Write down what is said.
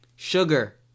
Sugar